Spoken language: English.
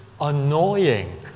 annoying